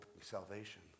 salvation